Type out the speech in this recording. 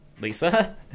lisa